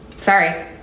Sorry